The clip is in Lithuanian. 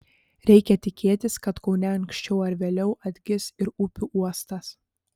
reikia tikėtis kad kaune anksčiau ar vėliau atgis ir upių uostas